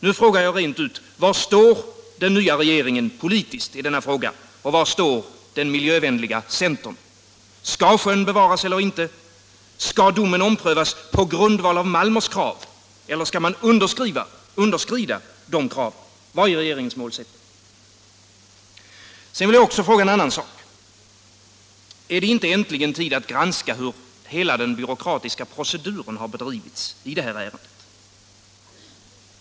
Nu frågar jag rent ut: Var står den nya regeringen politiskt i denna fråga, och var står den miljövänliga centern? Skall sjön bevaras eller inte? Skall domen omprövas på grundval av Malmers krav — eller skall de kraven underskridas? Vad är regeringens målsättning? Sedan vill jag också fråga en annan sak: Är det inte äntligen tid att granska hur hela den byråkratiska proceduren har bedrivits i det här ärendet?